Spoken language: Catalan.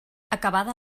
acabada